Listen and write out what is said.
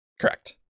Correct